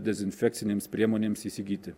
dezinfekcinėms priemonėms įsigyti